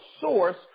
source